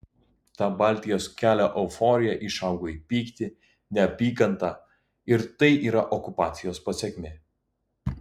ta baltijos kelio euforija išaugo į pyktį neapykantą ir tai yra okupacijos pasekmė